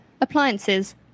appliances